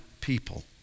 people